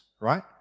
right